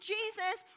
Jesus